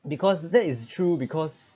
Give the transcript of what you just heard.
because that is true because